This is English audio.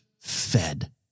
fed